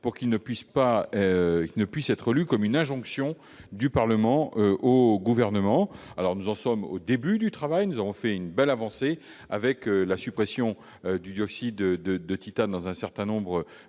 qu'il ne puisse être lu comme une injonction du Parlement au Gouvernement. Nous ne sommes qu'au début du travail, mais nous avons fait une belle avancée avec la suppression du dioxyde de titane dans un certain nombre